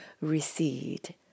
recede